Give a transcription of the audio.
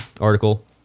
article